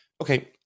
Okay